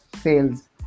sales